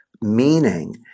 meaning